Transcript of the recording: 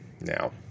now